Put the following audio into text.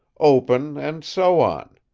open and so on.